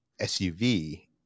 SUV